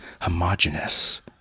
homogeneous